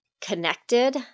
connected